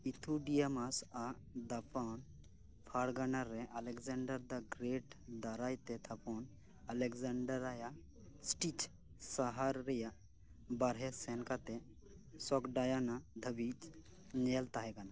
ᱤᱭᱩᱛᱷᱤᱰᱤᱢᱟᱥ ᱟᱜ ᱫᱟᱵᱚᱱ ᱯᱷᱟᱨᱜᱟᱱᱟ ᱨᱮ ᱟᱞᱮᱠᱡᱟᱱᱰᱟᱨ ᱫᱟ ᱜᱨᱮᱴ ᱫᱟᱨᱟᱭ ᱛᱮ ᱛᱷᱟᱯᱚᱱ ᱟᱞᱮᱠᱡᱟᱱᱰᱟᱨ ᱟᱭᱟᱜ ᱥᱴᱤᱪ ᱥᱟᱦᱟᱨ ᱨᱮᱭᱟᱜ ᱵᱟᱨᱦᱮ ᱥᱮᱱ ᱠᱟᱛᱮ ᱥᱚᱜᱽᱰᱟᱭᱟᱱᱟ ᱫᱷᱟᱹᱵᱤᱡ ᱡᱮᱞᱮᱧ ᱛᱟᱦᱮᱸᱠᱟᱱᱟ